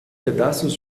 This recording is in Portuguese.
pedaços